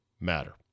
matter